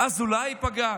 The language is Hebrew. אזולאי ייפגע,